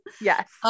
Yes